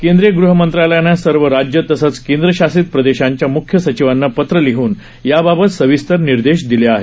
केंद्रीय गृहमंत्रालयानं सर्व राज्यं तसंच केंद्रशासित प्रदेशांच्या म्ख्य सचिवांना पत्र लिहून याबाबत सविस्तर निर्देश दिले आहेत